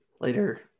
later